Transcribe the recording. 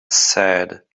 said